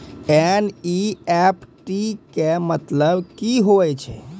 NEFT के मतलब का होव हेय?